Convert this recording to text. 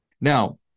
Now